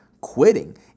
Quitting